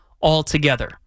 altogether